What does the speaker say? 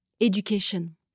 education